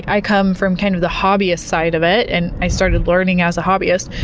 i come from, kind of, the hobbyist side of it and i started learning as a hobbyist.